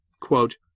Quote